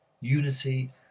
Unity